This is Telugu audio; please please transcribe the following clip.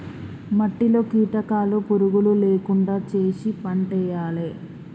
మట్టిలో కీటకాలు పురుగులు లేకుండా చేశి పంటేయాలే